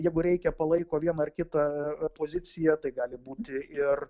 jeigu reikia palaiko vieną ar kitą poziciją tai gali būti ir